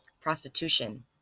prostitution